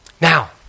Now